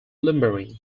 lumbering